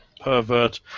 Pervert